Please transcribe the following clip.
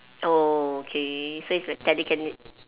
oh okay so it's like telekinetic